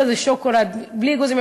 אמרו לה: זה שוקולד בלי אגוזים.